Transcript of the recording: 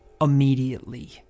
immediately